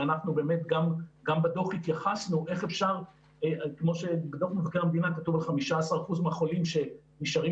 וגם בדוח התייחסנו כמו שבדוח מבקר המדינה כתוב על 15% מהחולים שנשארים